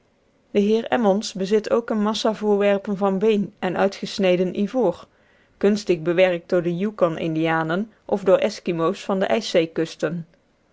de heer emmons bezit ook eene massa voorwerpen van been en uitgesneden ivoor kunstig bewerkt door de yukon indianen of door eskimo's van de